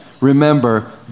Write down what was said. remember